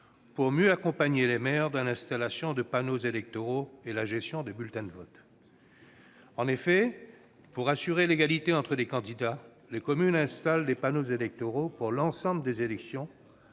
pour mieux accompagner les maires dans l'installation des panneaux électoraux et la gestion des bulletins de vote. En effet, pour assurer l'égalité entre les candidats, les communes installent des panneaux électoraux pour l'ensemble des élections,